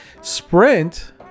Sprint